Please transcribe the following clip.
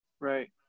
Right